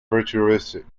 futuristic